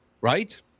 Right